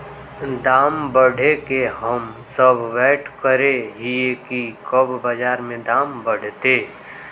दाम बढ़े के हम सब वैट करे हिये की कब बाजार में दाम बढ़ते?